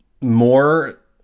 more